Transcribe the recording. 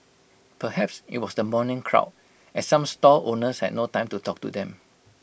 perhaps IT was the morning crowd as some stall owners had no time to talk to them